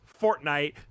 Fortnite